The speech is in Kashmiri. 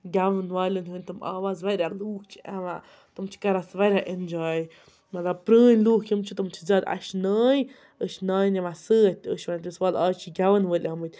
گٮ۪وَن والٮ۪ن ہٕندۍ تِم آواز واریاہ لُکھ چھِ یِوان تِم چھِ کَران اَتھ واریاہ اینجاے مطلب پرٲنۍ لُکھ یِم چھِ تِم چھِ زیادٕ اَسہِ چھِ نانۍ أسۍ چھِ نانہِ نِوان سۭتۍ أسی چھِ وَنان تٔمِس وَلہٕ اَز چھِ گٮ۪وَن وٲلۍ آمٕتۍ